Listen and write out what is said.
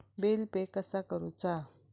Bill pay कसा करुचा?